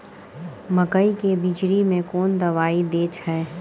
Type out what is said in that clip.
मकई के बिचरी में कोन दवाई दे छै?